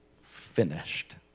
finished